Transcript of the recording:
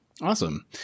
Awesome